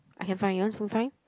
I can find you want phone find